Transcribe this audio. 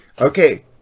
Okay